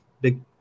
Big